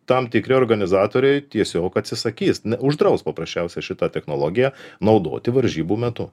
tam tikri organizatoriai tiesiog atsisakys uždraus paprasčiausiai šitą technologiją naudoti varžybų metu